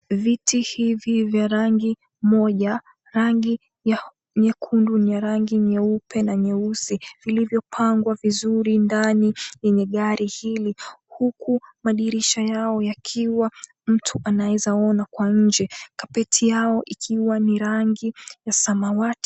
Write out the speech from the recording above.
Viti hivi vya rangi moja, rangi ya nyekundu na rangi nyeupe na nyeusi vilivyopangwa vizuri ndani yenye gari hili huku madirisha yao yakiwa mtu anaweza kuona kwa nje, carpet yao ikiwa ni rangi ya samawati.